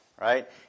right